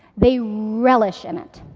they relish in it,